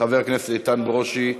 חבר הכנסת איתן ברושי,